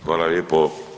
Hvala lijepo.